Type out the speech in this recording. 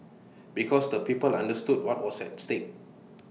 because the people understood what was at stake